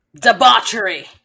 Debauchery